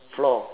floor